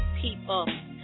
people